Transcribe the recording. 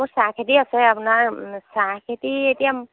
মোৰ চাহ খেতি আছে আপোনাৰ চাহ খেতি এতিয়া